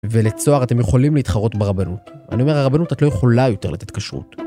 ולצוהר, אתם יכולים להתחרות ברבנות. אני אומר הרבנות, את לא יכולה יותר לתת כשרות.